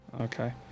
Okay